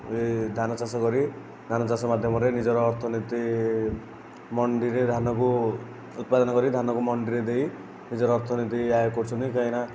ଧାନଚାଷ କରି ଧାନଚାଷ ମାଧ୍ୟମରେ ନିଜର ଅର୍ଥନୀତି ମଣ୍ଡିରେ ଧାନକୁ ଉତ୍ପାଦନ କରି ଧାନକୁ ମଣ୍ଡିରେ ଦେଇ ନିଜର ଅର୍ଥନୀତି ଆୟ କରୁଛନ୍ତି କାହିଁକି ନା